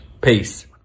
Peace